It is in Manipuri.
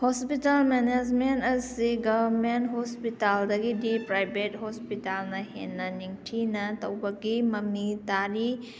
ꯍꯣꯁꯄꯤꯇꯥꯜ ꯃꯦꯅꯦꯖꯃꯦꯟ ꯑꯁꯤꯒ ꯒꯚꯔꯃꯦꯟꯠ ꯍꯣꯁꯄꯤꯇꯥꯜꯗꯒꯤ ꯗꯤ ꯄ꯭ꯔꯥꯏꯕꯦꯠ ꯍꯣꯁꯄꯤꯇꯥꯜꯅ ꯍꯦꯟꯅ ꯅꯤꯡꯊꯤꯅ ꯇꯧꯕꯒꯤ ꯃꯃꯤ ꯇꯥꯔꯤ